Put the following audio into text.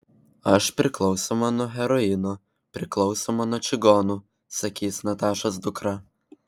aš priklausoma nuo heroino priklausoma nuo čigonų sakys natašos dukra